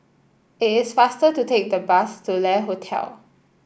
it is faster to take the bus to Le Hotel